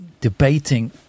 debating